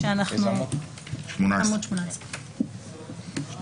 יש כאן רובד מסוים של תקנות שכבר אושרו על ידי